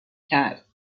کرد